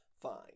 fine